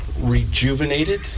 rejuvenated